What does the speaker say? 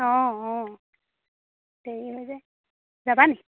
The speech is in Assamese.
অঁ অঁ দেৰি হৈ যায় যাবা নেকি